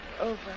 over